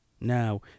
Now